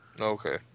Okay